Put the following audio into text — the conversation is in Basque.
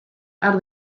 har